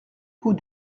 coup